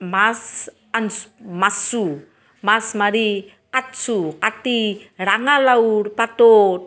মাছ আনিছোঁ মাৰিছোঁ মাছ মাৰি কাটিছোঁ কাটি ৰাঙালাওৰ পাতত